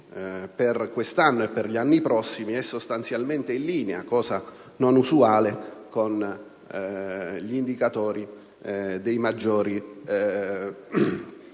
per quest'anno e per gli anni prossimi, è sostanzialmente in linea - cosa non usuale - con gli indicatori dei maggiori Paesi